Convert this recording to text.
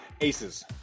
aces